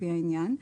לפי העניין,